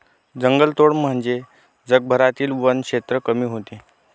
जंगलतोड म्हणजे जगभरातील वनक्षेत्र कमी होणे